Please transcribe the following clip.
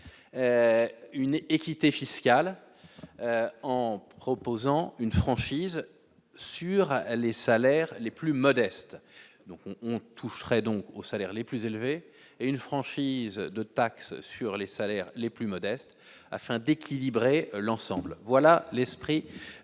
une équité fiscale en proposant une franchise sur les salaires les plus modestes, donc on toucherait donc aux salaires les plus élevées et une franchise de taxe sur les salaires les plus modestes, afin d'équilibrer l'ensemble, voilà l'esprit de cet